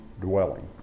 dwelling